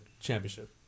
championship